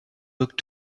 looked